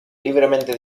libremente